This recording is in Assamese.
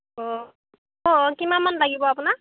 অঁ অঁ কিমান মান লাগিব আপোনাক